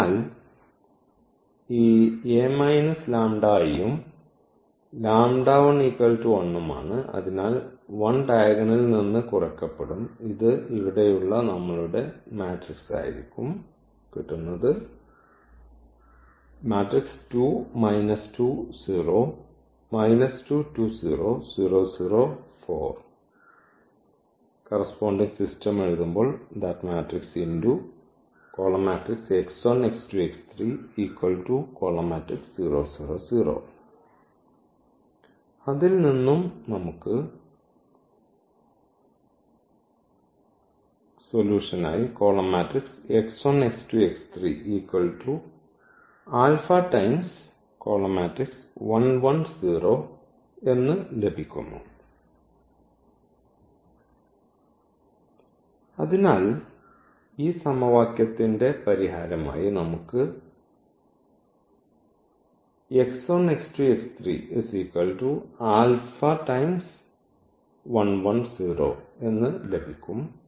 അതിനാൽ ഈ A minus λI ഉം ഉം ആണ് അതിനാൽ 1 ഡയഗണലിൽ നിന്ന് കുറയ്ക്കപ്പെടും ഇത് ഇവിടെയുള്ള നമ്മളുടെ മാട്രിക്സ് ആയിരിക്കും അതിനാൽ ഈ സമവാക്യത്തിന്റെ പരിഹാരമായി നമുക്ക് ലഭിക്കും